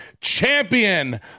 champion